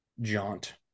jaunt